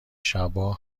شبا